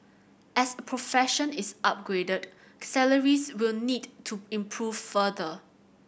as profession is upgraded salaries will need to improve further